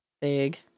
Big